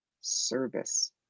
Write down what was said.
service